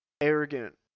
arrogant